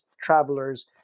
travelers